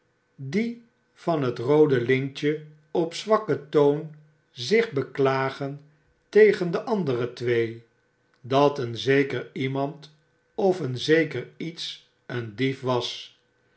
dien van het roode lintje op zwakken toon zich beklagen tegen de andere twee dat een zekeriemandof een zeker iets een dief was